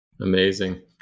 Amazing